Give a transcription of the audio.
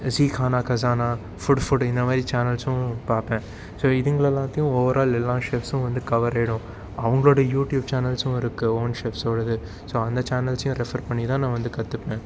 ஜீ Khana Khazana food food இந்த மாதிரி சேனல்ஸும் பார்ப்பேன் ஸோ இதுங்கள் எல்லாத்தையும் ஓவர் ஆல் எல்லா செஃப்ஸும் கவர் ஆகிடும் அவங்களோட யூட்யூப் சேனல்ஸும் இருக்குது ஓன் செஃப்ஸோடது ஸோ அந்த சேனல்ஸையும் ரெஃபர் பண்ணி தான் நான் வந்து கற்றுப்பேன்